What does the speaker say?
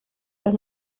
los